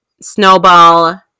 Snowball